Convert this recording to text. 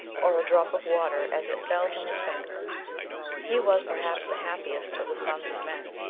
or a drop of water as it fell from his finger he was perhaps the happiest of the sons of men.